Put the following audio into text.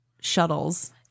shuttles